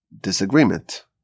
disagreement